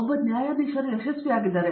ಒಬ್ಬ ನ್ಯಾಯಾಧೀಶರು ಯಶಸ್ವಿಯಾಗಿದ್ದಾರೆ